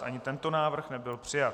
Ani tento návrh nebyl přijat.